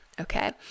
okay